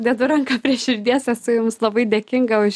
dedu ranką prie širdies esu jums labai dėkinga už